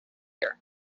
year